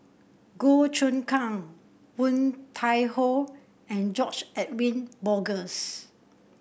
Goh Choon Kang Woon Tai Ho and George Edwin Bogaars